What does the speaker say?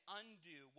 undo